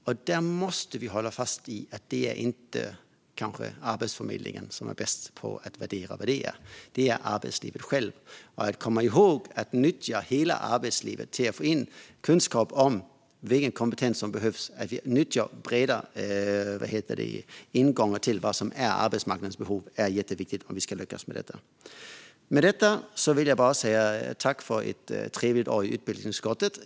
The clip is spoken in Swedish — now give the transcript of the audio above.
Och där måste vi hålla fast vid att det kanske inte är Arbetsförmedlingen som är bäst på att värdera det, utan det är arbetslivet självt. Att komma ihåg att nyttja hela arbetslivet till att få in kunskap om vilken kompetens som behövs och att nyttja och bredda ingången till vad som är arbetsmarknadens behov är jätteviktigt om vi ska lyckas med detta. Med detta vill jag bara säga: Tack för ett trevligt år i utbildningsutskottet!